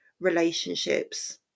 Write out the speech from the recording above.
relationships